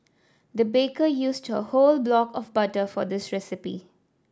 the baker used a whole block of butter for this recipe